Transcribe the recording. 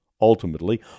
Ultimately